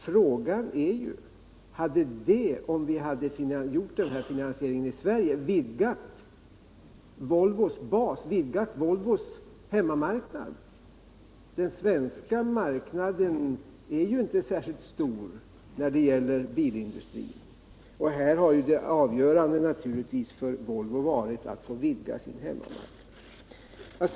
Frågan är dock: Hade det, om vi hade gjort den här finansieringen i Sverige, vidgat Volvos bas, vidgat Volvos hemmamarknad? Den svenska marknaden är inte särskilt stor när det gäller bilindustrin. Det avgörande för Volvo har naturligtvis varit att få vidga sin hemmamarknad.